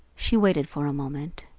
she waited for a moment,